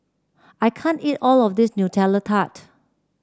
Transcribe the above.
I can't eat all of this Nutella Tart